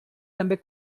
també